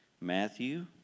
Matthew